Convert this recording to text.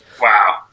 wow